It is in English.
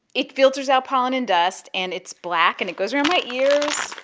it filters out pollen and dust. and it's black, and it goes around my ears.